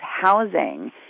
housing